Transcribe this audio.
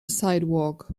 sidewalk